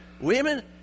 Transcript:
women